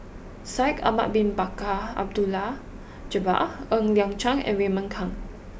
Shaikh Ahmad Bin Bakar Abdullah Jabbar Ng Liang Chiang and Raymond Kang